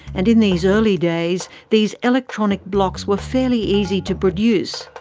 and in these early days these electronic blocks were fairly easy to produce.